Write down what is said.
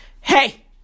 Hey